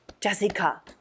Jessica